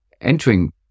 entering